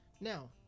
now